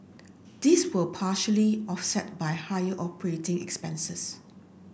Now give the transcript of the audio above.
these were partially offset by higher operating expenses